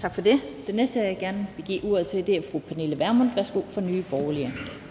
Kl. 18:01 Den fg. formand (Annette Lind): Tak for det. Den næste, jeg gerne vil give ordet til, er fru Pernille Vermund fra Nye Borgerlige.